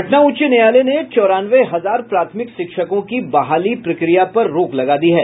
पटना उच्च न्यायालय ने चौरानवे हजार प्राथमिक शिक्षकों की बहाली प्रक्रिया पर रोक लगा दी है